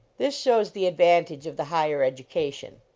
this shows the advantage of the higher education.